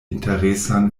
interesan